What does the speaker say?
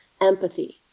empathy